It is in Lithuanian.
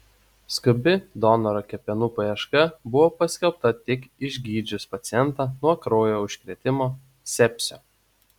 skubi donoro kepenų paieška buvo paskelbta tik išgydžius pacientą nuo kraujo užkrėtimo sepsio